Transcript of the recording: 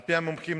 על-פי המומחים,